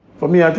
for me, ah